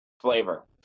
flavor